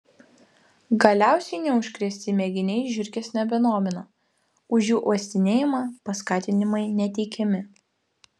galiausiai neužkrėsti mėginiai žiurkės nebedomina už jų uostinėjimą paskatinimai neteikiami